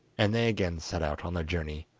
and they again set out on their journey.